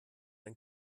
ein